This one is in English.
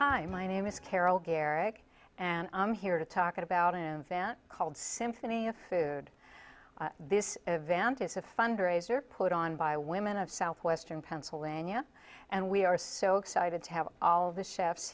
hi my name is carol garrick and i'm here to talk about and fan called symphony of food this event is a fundraiser put on by women of southwestern pennsylvania and we are so excited to have all of the chefs